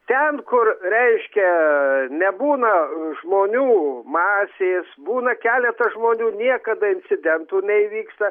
ten kur reiškia nebūna žmonių masės būna keletas žmonių niekada incidentų neįvyksta